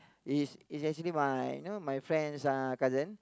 is is actually my you know my friend's uh cousin